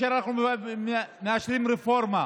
אנחנו מאשרים רפורמה